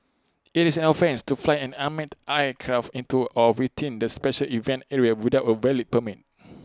IT is an offence to fly an unmanned aircraft into or within the special event area without A valid permit